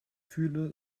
fühle